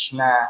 na